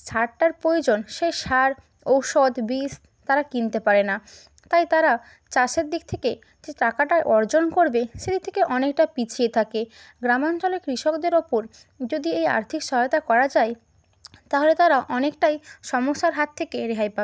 সারটার প্রয়োজন সেই সার ঔষধ বিষ তারা কিনতে পারে না তাই তারা চাষের দিক থেকে যে টাকাটা অর্জন করবে সেদিক থেকে অনেকটা পিছিয়ে থাকে গ্রামাঞ্চলে কৃষদের ওপর যদি এই আর্থিক সহায়তা করা যায় তাহলে তারা অনেকটাই সমস্যার হাত থেকে রেহাই পা